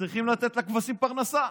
צריכים לתת לכבשים פרנסה.